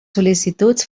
sol·licituds